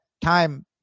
time